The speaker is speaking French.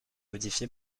modifié